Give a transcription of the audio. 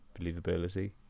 believability